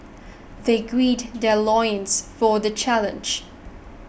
they grilled their loins for the challenge